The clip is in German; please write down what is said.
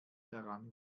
dran